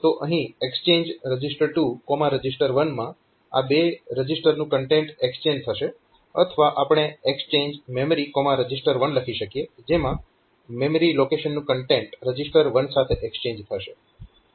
તો અહીં XCHG reg2reg1 માં આ બે રજીસ્ટરનું કન્ટેન્ટ એક્સચેન્જ થશે અથવા આપણે XCHG memreg1 લખી શકીએ જેમાં મેમરી લોકેશનનું કન્ટેન્ટ રજીસ્ટર 1 સાથે એક્સચેન્જ થશે